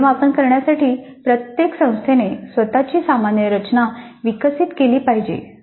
मूल्यमापन करण्यासाठी प्रत्येक संस्थेने स्वतःची सामान्य रचना विकसित केली पाहिजे